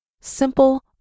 Simple